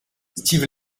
steve